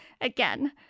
again